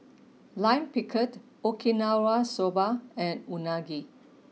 lime pickled Okinawa Soba and Unagi